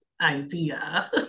idea